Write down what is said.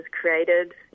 created